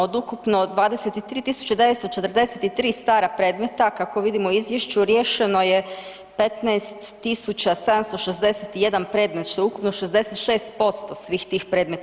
Od ukupno 23943 stara predmeta kako vidimo u Izvješću riješeno je 15761 predmet što je ukupno 66% svih tih predmeta.